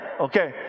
okay